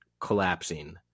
collapsing